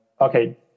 okay